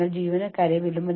ഞാൻ ഒരു റോബോട്ടല്ല